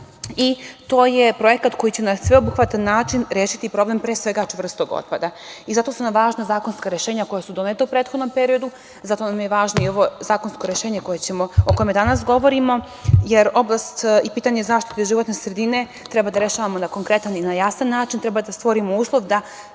To je projekat koji će na sveobuhvatan način rešiti problem pre svega čvrstog otpada. Zato su nam važna zakonska rešenja koja su doneta u prethodnom periodu. Zato nam je važno i ovo zakonsko rešenje o kojem danas govorimo, jer oblast i pitanje zaštite životne sredine treba da rešavamo na konkretan i na jasan način. Treba da stvorimo uslov da